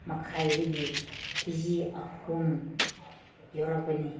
ꯃꯈꯥꯏꯗꯒꯤ K G ꯑꯍꯨꯝ ꯌꯧꯔꯛꯄꯅꯤ